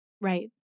Right